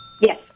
Yes